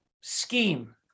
scheme